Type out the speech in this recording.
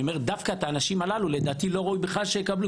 אני אומר שדווקא את האנשים הללו לדעתי לא ראוי שבכלל יקבלו.